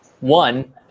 One